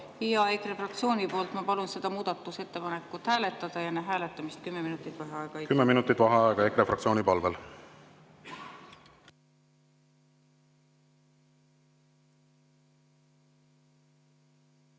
EKRE fraktsiooni poolt ma palun seda muudatusettepanekut hääletada ja enne hääletamist kümme minutit vaheaega. Kümme minutit vaheaega EKRE fraktsiooni palvel.V